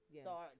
start